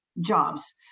Jobs